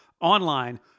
online